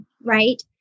right